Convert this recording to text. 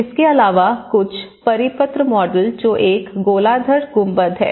इसके अलावा कुछ परिपत्र मॉडल जो एक गोलार्द्ध गुंबद है